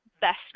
best